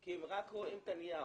כי הם רק רואים את הנייר.